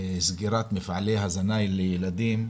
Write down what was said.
סגירת מפעלי ההזנה לילדים,